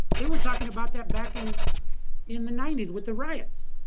they were talking about that back in in the ninety s with the riots.